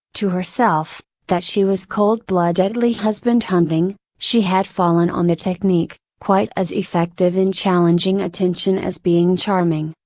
to herself, that she was cold bloodedly husband hunting, she had fallen on the technique, quite as effective in challenging attention as being charming,